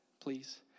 please